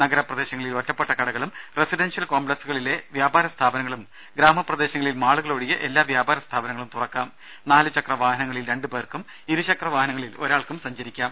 നഗര പ്രദേശങ്ങളിൽ കോംപ്ളക്സുകളിലെ വ്യാപാര സ്ഥാപനങ്ങളും ഗ്രാമപ്രദേശങ്ങളിൽ മാളുകൾ ഒഴികെ എല്ലാ വ്യാപാര സ്ഥാപനങ്ങളും തുറക്കാം നാലു ചക്ര വാഹനങ്ങളിൽ രണ്ടു പേർക്കും ഇരു ചക്ര വാഹനത്തിൽ ഒരാൾക്കും സഞ്ചരിക്കാം